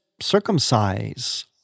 circumcise